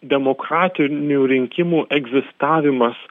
demokratinių rinkimų egzistavimas